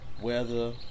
weather